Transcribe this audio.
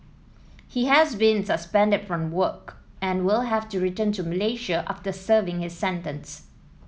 he has been suspended from work and will have to return to Malaysia after serving his sentence